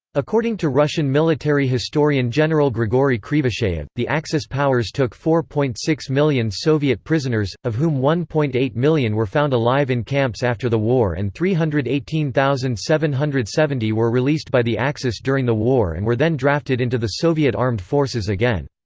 according to russian military historian general grigoriy krivosheyev, the axis powers took four point six million soviet prisoners, of whom one point eight million were found alive in camps after the war and three hundred and eighteen thousand seven hundred and seventy were released by the axis during the war and were then drafted into the soviet armed forces again.